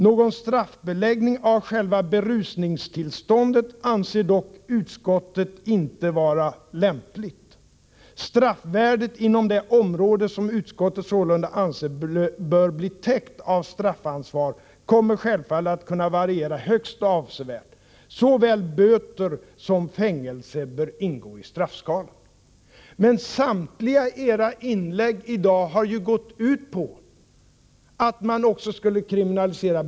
Någon straffbeläggning av själva berusningstillståndet anser dock inte utskottet vara lämplig. Straffvärdet inom det område som utskottet sålunda anser bör bli täckt av straffansvar kommer självfallet att kunna variera högst avsevärt; såväl böter som fängelse bör ingå i straffskalan.” Samtliga era inlägg i dag har gått ut på att också berusningstillstånd skulle kriminaliseras.